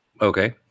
okay